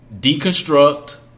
deconstruct